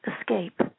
escape